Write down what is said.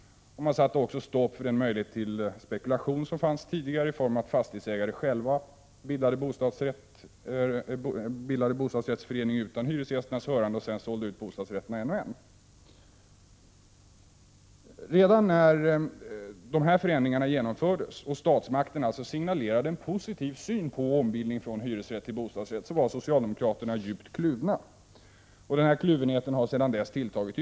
Man satte också stopp för den möjlighet till spekulation som tidigare fanns och som bestod i att fastighetsägare bildade bostadsrättsförening utan hyresgästernas hörande och sedan sålde ut bostadsrätterna en och en. Redan när dessa förändringar genomfördes och statsmakten alltså signalerade en positiv syn på ombildning från hyresrätt till bostadsrätt var socialdemokraterna djupt kluvna. Denna kluvenhet har sedan dess tilltagit.